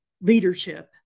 leadership